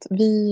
vi